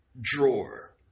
drawer